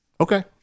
Okay